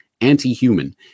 anti-human